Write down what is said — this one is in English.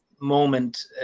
moment